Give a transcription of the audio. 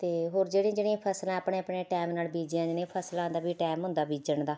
ਅਤੇ ਹੋਰ ਜਿਹੜੀਆਂ ਜਿਹੜੀਆਂ ਫਸਲਾਂ ਆਪਣੇ ਆਪਣੇ ਟਾਈਮ ਨਾਲ ਬੀਜੀਆਂ ਜਾਂਦੀਆਂ ਫਸਲਾਂ ਦਾ ਵੀ ਟਾਈਮ ਹੁੰਦਾ ਬੀਜਣ ਦਾ